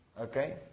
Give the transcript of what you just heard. Okay